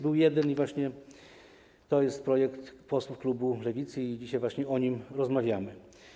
Był jeden, to jest projekt posłów klubu Lewicy, i dzisiaj właśnie o nim rozmawiamy.